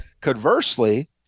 Conversely